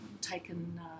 taken